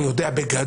אני יודע בגדול,